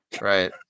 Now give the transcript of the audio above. Right